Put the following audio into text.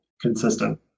consistent